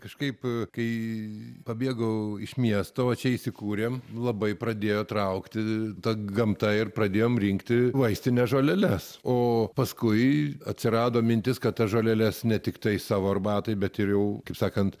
kažkaip kai pabėgau iš miesto o čia įsikūrėm labai pradėjo traukti ta gamta ir pradėjom rinkti vaistines žoleles o paskui atsirado mintis kad tas žoleles ne tiktai savo arbatai bet ir jau kaip sakant